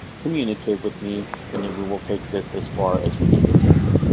communicate with me and then we will take this as far as we need to take it.